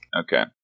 Okay